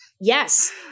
Yes